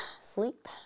sleep